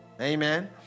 Amen